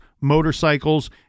motorcycles